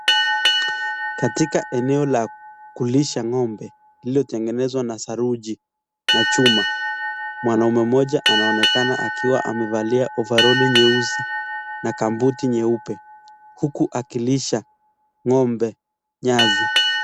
Katika eneo la kulisha ng'ombe, lililotengenezwa na saruji na chuma, mwanaume mmoja anaonekana akiwa amevalia ovaroli nyeusi na kambuti nyeupe huku akilisha ng'ombe nyasi.